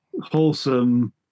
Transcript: wholesome